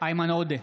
איימן עודה,